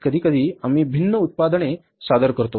कधीकधी आम्ही भिन्न उत्पादने सादर करतो